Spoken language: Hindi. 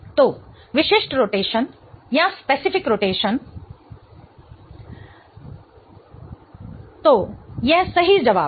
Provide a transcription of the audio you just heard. तो विशिष्ट rotation αT α conc X path length 30 α 005245gml X 1 dm α 15735 तो यह सही जवाब है